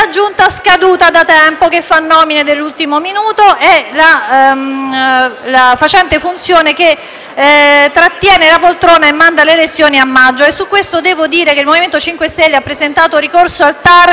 la Giunta, scaduta da tempo, che fa nomine dell'ultimo minuto e la facente funzione che trattiene la poltrona e rimanda le elezioni a maggio. Voglio però ricordare che il MoVimento 5 Stelle ha presentato ricorso al TAR,